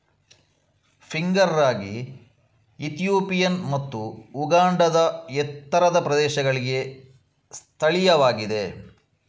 finger ರಾಗಿ Ethiopian ಮತ್ತು ಉಗಾಂಡಾದ ಎತ್ತರದ ಪ್ರದೇಶಗಳಿಗೆ ಸ್ಥಳೀಯವಾಗಿದೆ